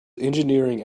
engineering